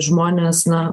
žmonės na